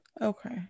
Okay